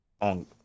On